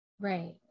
Right